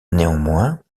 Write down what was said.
néanmoins